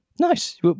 Nice